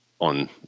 on